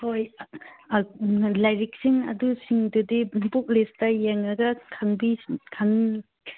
ꯍꯣꯏ ꯂꯥꯏꯔꯤꯛꯁꯤꯡ ꯑꯗꯨꯁꯤꯡꯗꯨꯗꯤ ꯕꯨꯛ ꯂꯤꯁꯇ ꯌꯦꯡꯉꯒ